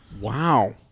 Wow